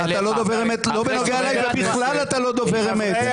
אתה לא דובר אמת לא בנוגע אלי ואתה בכלל לא דובר אמת.